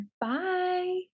Bye